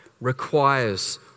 requires